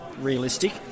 realistic